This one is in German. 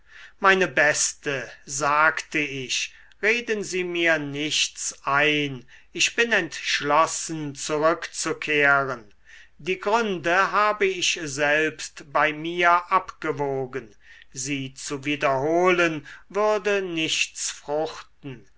meine beste sagte ich reden sie mir nichts ein ich bin entschlossen zurückzukehren die gründe habe ich selbst bei mir abgewogen sie zu wiederholen würde nichts fruchten